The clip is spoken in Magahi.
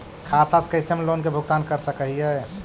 खाता से कैसे हम लोन के भुगतान कर सक हिय?